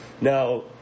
Now